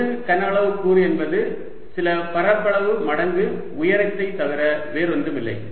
ஒரு கன அளவு கூறு என்பது சில பரப்பளவு மடங்கு உயரத்தை தவிர வேறு ஒன்றும் இல்லை